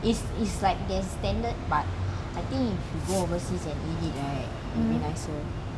is is like there's standard but I think if you go overseas and eat it right it'll be nicer